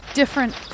different